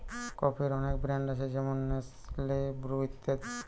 কফির অনেক ব্র্যান্ড আছে যেমন নেসলে, ব্রু ইত্যাদি